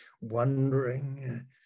wondering